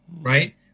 Right